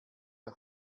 der